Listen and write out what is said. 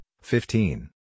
fifteen